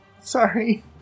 Sorry